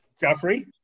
Jeffrey